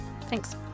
thanks